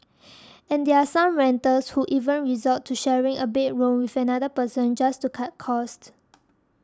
and there are some renters who even resort to sharing a bedroom with another person just to cut costs